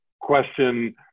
question